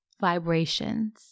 vibrations